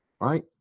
right